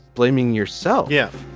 blaming yourself. yeah